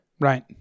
Right